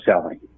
selling